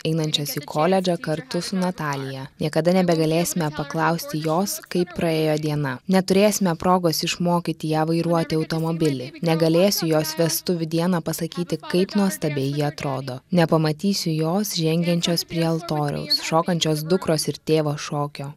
einančios į koledžą kartu su natalija niekada nebegalėsime paklausti jos kaip praėjo diena neturėsime progos išmokyti ją vairuoti automobilį negalėsiu jos vestuvių dieną pasakyti kaip nuostabiai ji atrodo nepamatysiu jos žengiančios prie altoriaus šokančios dukros ir tėvo šokio